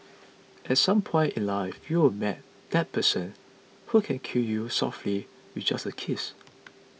at some point in life you will met that person who can kill you softly with just a kiss